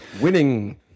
Winning